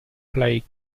play